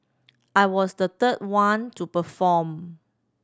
I was the third one to perform